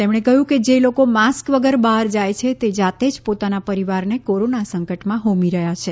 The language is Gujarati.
તેમણે કહ્યું કે જે લોકો માસ્ક વગર બહાર જાય છે તે જાતે જ પોતાના પરિવારને કોરોના સંકટ માં હોમી રહ્યા છે